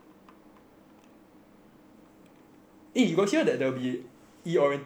eh you got to hear there will be e orientation also